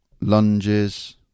lunges